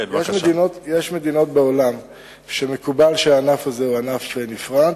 יש מדינות בעולם שמקובל בהן שהענף הזה הוא ענף נפרד,